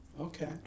Okay